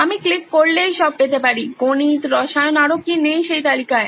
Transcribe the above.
আমি ক্লিক করলেই সব পেতে পারি গণিত রসায়ন আরো কি নেই সেই তালিকায়